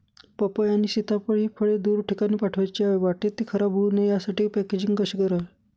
पपई आणि सीताफळ हि फळे दूर ठिकाणी पाठवायची आहेत, वाटेत ति खराब होऊ नये यासाठी पॅकेजिंग कसे करावे?